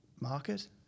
market